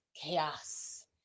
chaos